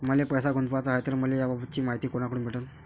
मले पैसा गुंतवाचा हाय तर मले याबाबतीची मायती कुनाकडून भेटन?